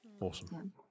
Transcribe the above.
Awesome